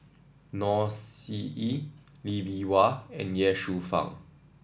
Noor See Yee Lee Bee Wah and Ye Shufang